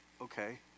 Okay